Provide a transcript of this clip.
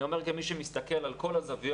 אני אומר כמי שמסתכל על כל הזוויות,